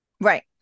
right